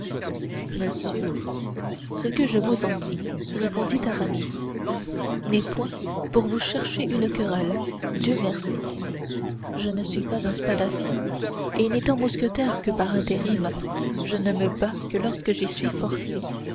monsieur ce que je vous en dis répondit aramis n'est point pour vous chercher une querelle dieu merci je ne suis pas un spadassin et n'étant mousquetaire que par intérim je ne me bats que lorsque j'y suis forcé